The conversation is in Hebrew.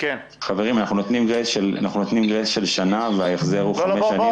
אנחנו נותנים גרייס של שנה וההחזר הוא תוך חמש שנים,